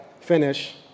finish